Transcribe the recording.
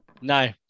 No